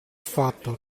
fatto